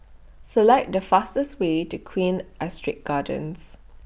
Select The fastest Way to Queen Astrid Gardens